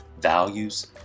values